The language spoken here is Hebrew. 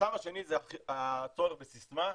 החסם השני זה הצורך בסיסמה,